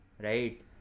right